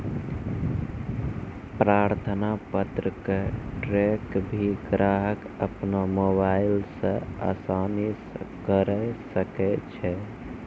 प्रार्थना पत्र क ट्रैक भी ग्राहक अपनो मोबाइल स आसानी स करअ सकै छै